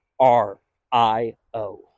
R-I-O